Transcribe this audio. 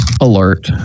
alert